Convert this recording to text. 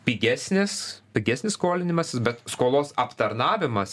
pigesnis pigesnis skolinimasis bet skolos aptarnavimas